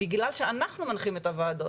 בגלל שאנחנו מנחים את הוועדות.